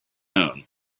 own